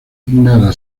nada